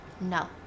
No